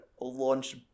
launched